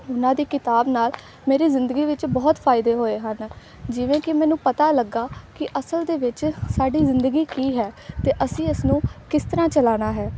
ਉਹਨਾਂ ਦੀ ਕਿਤਾਬ ਨਾਲ ਮੇਰੀ ਜ਼ਿੰਦਗੀ ਵਿੱਚ ਬਹੁਤ ਫ਼ਾਇਦੇ ਹੋਏ ਹਨ ਜਿਵੇਂ ਕਿ ਮੈਨੂੰ ਪਤਾ ਲੱਗਿਆ ਕਿ ਅਸਲ ਦੇ ਵਿੱਚ ਸਾਡੀ ਜ਼ਿੰਦਗੀ ਕੀ ਹੈ ਅਤੇ ਅਸੀਂ ਇਸ ਨੂੰ ਕਿਸ ਤਰ੍ਹਾਂ ਚਲਾਉਣਾ ਹੈ